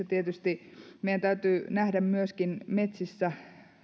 tietysti meidän täytyy nähdä myöskin metsissä